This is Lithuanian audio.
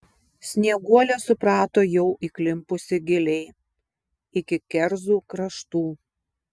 snieguolė suprato jau įklimpusi giliai iki kerzų kraštų